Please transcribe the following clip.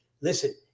Listen